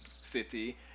city